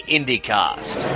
Indycast